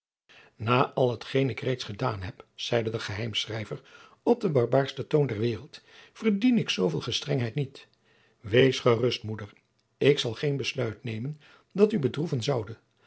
al hetgeen ik reeds gedaan heb zeide de geheimschrijver op den bedaardsten toon der waereld verdien ik zooveel gestrengheid niet wees gerust moeder ik zal geen besluit nemen dat u bedroeven zoude